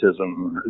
autism